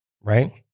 right